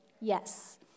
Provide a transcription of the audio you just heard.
Yes